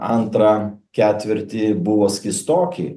antrą ketvirtį buvo skystoki